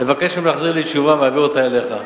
אני אבקש מהם להחזיר לי תשובה ואעביר אותה אליך.